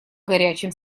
горячим